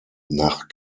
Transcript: nach